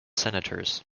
senators